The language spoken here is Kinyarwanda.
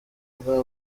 bwa